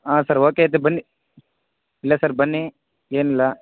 ಹಾಂ sir okay ಇದ್ದರೆ ಬನ್ನಿ ಇಲ್ಲ ಸರ್ ಬನ್ನಿ ಏನು ಇಲ್ಲ